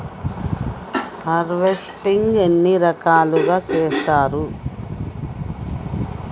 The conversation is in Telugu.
హార్వెస్టింగ్ ఎన్ని రకాలుగా చేస్తరు?